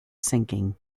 sinking